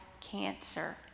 cancer